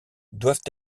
doivent